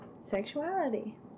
sexuality